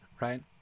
right